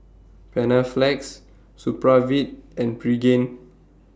Panaflex Supravit and Pregain